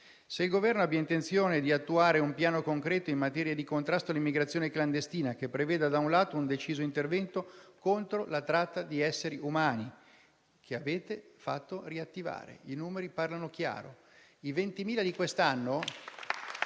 se il Governo abbia intenzione di attuare un piano concreto in materia di contrasto all'immigrazione clandestina, che preveda anche un deciso intervento contro la tratta di esseri umani, che avete fatto riattivare. I numeri parlano chiaro!